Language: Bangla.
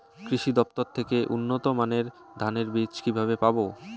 কৃষি দফতর থেকে উন্নত মানের ধানের বীজ কিভাবে পাব?